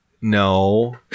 No